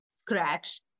scratch